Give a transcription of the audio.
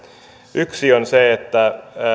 yksi on se että